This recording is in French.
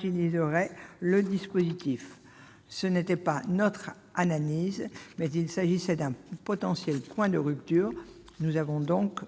juridiquement le dispositif. Ce n'était pas notre analyse, mais il s'agissait d'un potentiel point de rupture ; nous avons par